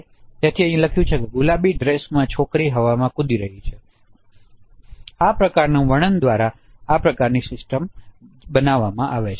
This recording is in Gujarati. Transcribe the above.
તેથી અહીં લખ્યું છે કે ગુલાબી ડ્રેસમાં છોકરી હવામાં કૂદી રહી છે આ પ્રકારની વર્ણન દ્વારા આ પ્રકારની સિસ્ટમ બનાવમાં આવે છે